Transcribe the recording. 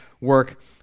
work